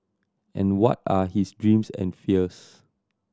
and what are his dreams and fears